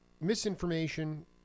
misinformation